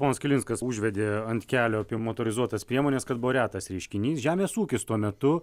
ponas kilinskas užvedė ant kelio apie motorizuotas priemones kad buvo retas reiškinys žemės ūkis tuo metu